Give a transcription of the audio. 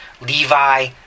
Levi